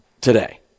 today